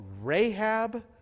Rahab